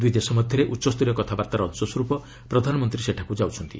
ଦୁଇ ଦେଶ ମଧ୍ୟରେ ଉଚ୍ଚସ୍ତରୀୟ କଥାବାର୍ତ୍ତାର ଅଂଶସ୍ୱରୂପ ପ୍ରଧାନମନ୍ତ୍ରୀ ସେଠାକୁ ଯାଉଛନ୍ତି